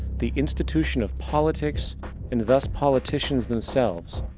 the institution of politics and thus politicians themselves,